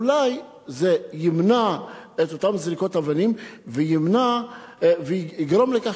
אולי זה ימנע את אותן זריקות אבנים ויגרום לכך